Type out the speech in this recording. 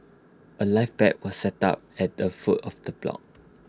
A life pack was set up at the foot of the block